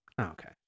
Okay